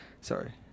Sorry